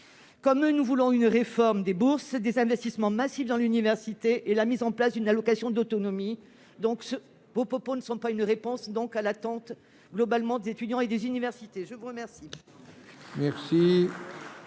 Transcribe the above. Comme eux, nous voulons une réforme des bourses, des investissements massifs dans l'université publique et la mise en place d'une allocation autonomie. Vos propos ne sont pas une réponse à la hauteur des attentes des étudiants et des universités. La parole